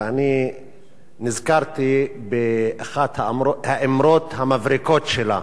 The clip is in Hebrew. ואני נזכרתי באחת האמרות המבריקות שלה,